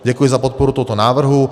Děkuji za podporu tohoto návrhu.